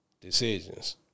decisions